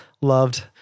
loved